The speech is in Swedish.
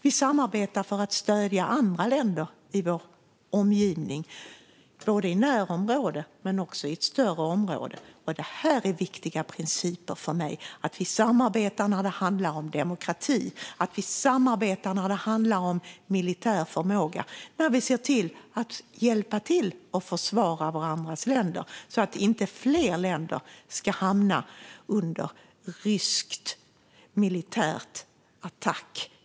Vi samarbetar för att stödja andra länder i vår omgivning, både i närområdet och i ett större område. Detta är viktiga principer för mig: Vi samarbetar när det handlar om demokrati, och vi samarbetar när det handlar om militär förmåga. Vi hjälper till att försvara varandras länder så att inte fler länder ska hamna under rysk militär attack.